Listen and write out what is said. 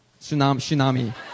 Tsunami